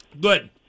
Good